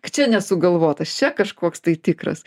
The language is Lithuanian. čia ne sugalvotas čia kažkoks tai tikras